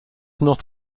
not